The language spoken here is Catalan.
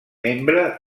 membre